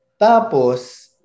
Tapos